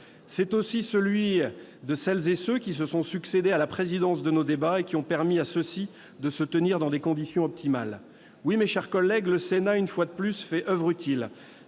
le travail de celles et ceux qui se sont succédé à la présidence de nos débats, et qui ont permis à ceux-ci de se tenir dans des conditions optimales. Oui, mes chers collègues, le Sénat a une fois de plus fait oeuvre utile